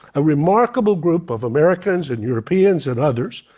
a remarkable group of americans and europeans and others,